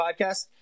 podcast